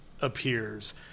appears